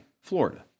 Florida